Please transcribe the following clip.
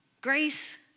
Grace